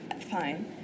fine